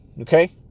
okay